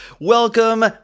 Welcome